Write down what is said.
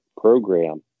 program